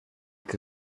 que